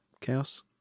Chaos